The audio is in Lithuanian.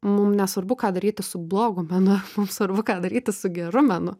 mum nesvarbu ką daryti su blogu menu mum svarbu ką daryti su geru menu